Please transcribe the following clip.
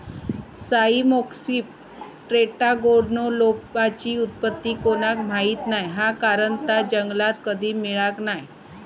Cyamopsis टेट्रागोनोलोबाची उत्पत्ती कोणाक माहीत नाय हा कारण ता जंगलात कधी मिळाक नाय